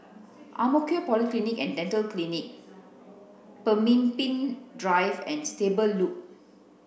Ang Mo Kio Polyclinic and Dental Clinic Pemimpin Drive and Stable Loop